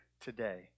today